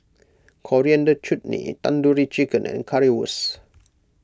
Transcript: Coriander Chutney Tandoori Chicken and Currywurst